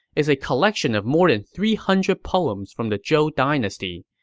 is a collection of more than three hundred poems from the zhou dynasty.